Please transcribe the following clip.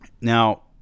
Now